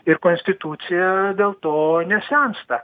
ir konstitucija dėl to nesensta